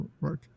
work